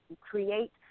create